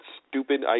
stupid